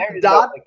dot